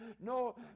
no